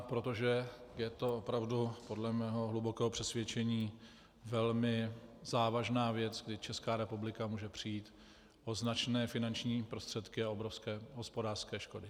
Protože je to opravdu podle mého hlubokého přesvědčení velmi závažná věc, kdy Česká republika může přijít o značné finanční prostředky a mít obrovské hospodářské škody.